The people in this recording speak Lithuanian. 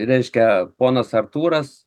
reiškia ponas artūras